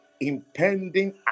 impending